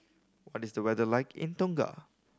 what is the weather like in Tonga